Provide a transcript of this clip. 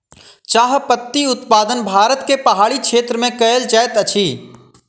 चाह पत्ती उत्पादन भारत के पहाड़ी क्षेत्र में कयल जाइत अछि